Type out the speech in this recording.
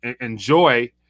Enjoy